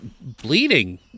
bleeding